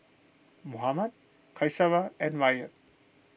Muhammad Qaisara and Ryan